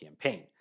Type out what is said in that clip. campaign